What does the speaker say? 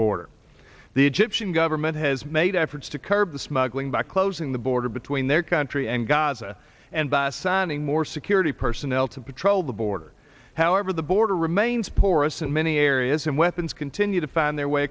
border the egyptian government has made efforts to curb the smuggling by closing the border between their country and gaza and by assigning more security personnel to patrol the border however the border remains porous in many areas and weapons continue to find their way